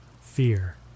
Fear